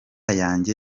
yanjye